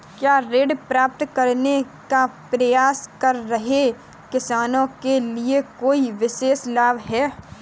क्या ऋण प्राप्त करने का प्रयास कर रहे किसानों के लिए कोई विशेष लाभ हैं?